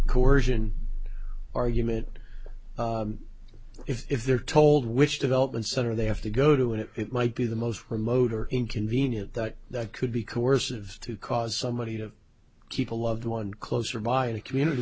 coersion argument if they're told which development center they have to go to and it might be the most remote or inconvenient that that could be coercive to cause somebody to keep a loved one closer by a community